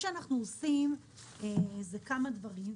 אנחנו עושים כמה דברים.